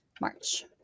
March